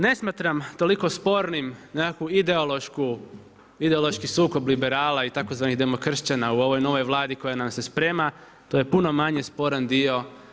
Ne smatram toliko spornim nekakvu ideološku, ideološki sukob liberala i tzv. demokršćana u ovoj novoj Vladi koja nam se sprema, to je puno manje sporan dio.